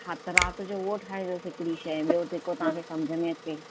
हा त राति जो उहो ठाइजोसि हिकिड़ी शइ ॿियो जेको तव्हांखे सम्झि में अचे